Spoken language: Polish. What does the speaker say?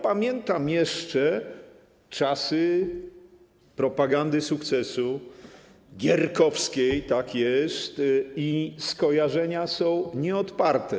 Pamiętam jeszcze czasy propagandy sukcesu, gierkowskiej - tak jest - i skojarzenia są nieodparte.